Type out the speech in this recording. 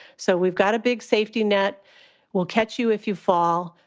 so we've got a big safety net will catch you if you fall,